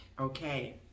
Okay